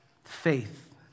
faith